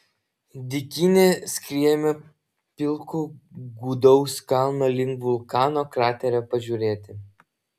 dykyne skriejome pilko gūdaus kalno link vulkano kraterio pažiūrėti